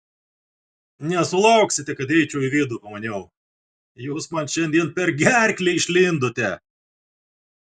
nesulauksite kad eičiau į vidų pamaniau jūs man šiandien per gerklę išlindote